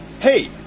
hey